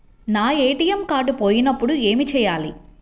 నా ATM card పోయినప్పుడు ఏమి చేయాలి?